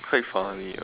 quite funny ah